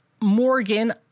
Morgan